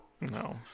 No